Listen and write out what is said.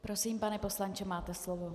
Prosím, pane poslanče, máte slovo.